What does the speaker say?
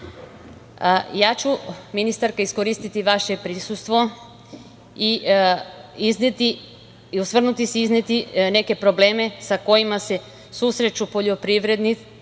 ću ministarka iskoristiti vaše prisustvo i izneti i osvrnuti se na neke probleme sa kojima se susreću poljoprivredni